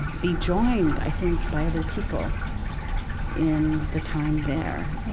be joined, i think, by other people in the time there.